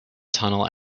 tunnel